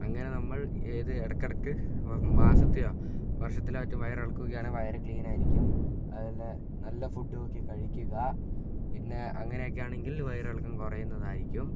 അങ്ങനെ നമ്മൾ ഇത് ഇടക്ക് ഇടക്ക് മാസത്തിലോ വർഷത്തിലോ മറ്റോ വയറിളക്കുകയാണേൽ വയറു ക്ലീൻ ആയിരിക്കും അതല്ല നല്ല ഫുഡ്ഡ് നോക്കി കഴിക്കുക പിന്നെ അങ്ങനെയൊക്കെ ആണെങ്കിൽ വയറിളക്കം കുറയുന്നതായിരിക്കും